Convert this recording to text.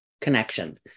connection